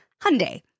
Hyundai